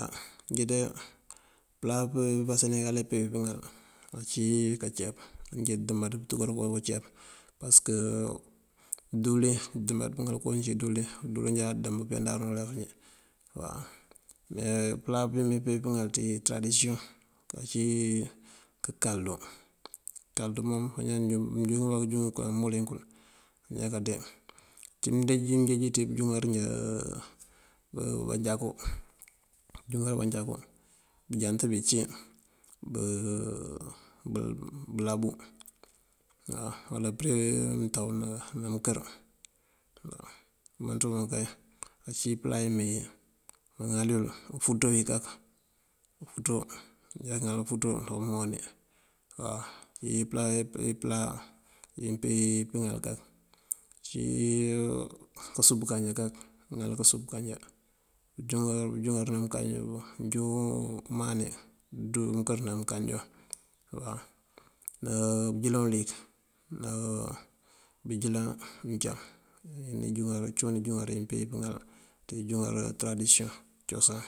Á injí de pëla bí senegale pimpeŋ pëëmpëŋal uncí káaceep injí de dëëmbáaţ pëëntúkar kooncí káaceep pasëk díwëlin injí dëëmbáaţ pëëŋal kowí uncí díwëlin. Díwëlin jáaţ dëndëmb pëëyandar dí ulef injí uwaw. Mee pëla pimpeŋ pëëŋal ţí tëradisiyoŋ ací káankalëndu. Kalëndu mom mëënjúŋ báajúunkël amëëwëlin, máanjá káande. Uncí mëënjeej ţí búunjúŋar manjakú, bëënjúŋar manjakú bëënjant bí ací bëëlábu wala përe mëëntaw ná mëënkër umënţun kay ací impëla yí mee maŋal yul. Ufúţo kak umënţun máanjá káaŋal ufúţo dí umooní uwaw. impëla iyi mpeŋ pëŋal kak ací usup kanjá kak mëŋal usup káanjá. Cíwun búunjúŋar mëëkay júun umani këënţú mëënkër ní mëënkáajaŋ, ná bëënjëlan uliyëk, ná bënjëlan mëncam. Imënţi cíwun injúŋar iyimpeŋ pëŋal ţí injúŋar tëradisiyoŋ cosan.